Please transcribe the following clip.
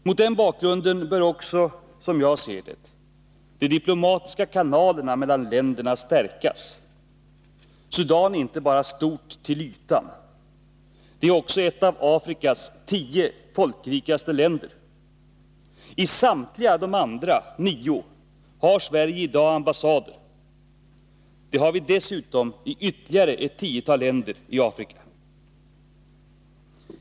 Mot den bakgrunden bör också, som jag ser det, de diplomatiska kanalerna mellan länderna stärkas. Sudan är inte bara stort till ytan. Det är också ett av Afrikas tio folkrikaste länder. I samtliga de andra nio har Sverige i dag ambassader. Det har vi dessutom i ytterligare ett tiotal länder i Afrika.